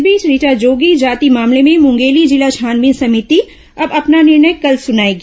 इस बीच ऋचा जोगी जाति मामले में मुंगेली जिला छानबीन समिति अब अपना निर्णय कल सुनाएगी